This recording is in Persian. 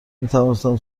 میتوانستم